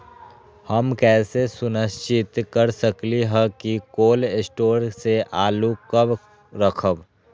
हम कैसे सुनिश्चित कर सकली ह कि कोल शटोर से आलू कब रखब?